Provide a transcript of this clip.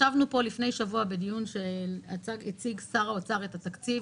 ישבנו פה לפני שבוע בדיון שהציג שר האוצר את התקציב